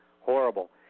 horrible